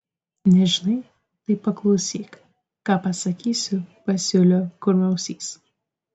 nežinai tai paklausyk ką pasakysiu pasiūlė kurmrausis